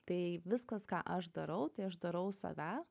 tai viskas ką aš darau tai aš darau save